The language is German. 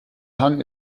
hang